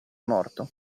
morto